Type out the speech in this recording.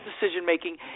decision-making